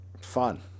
fun